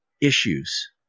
issues